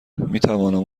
میتوانم